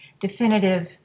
definitive